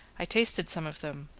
i tasted some of them,